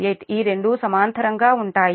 48 ఈ రెండు సమాంతరంగా ఉంటాయి